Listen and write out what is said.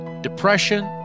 depression